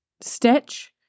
stitch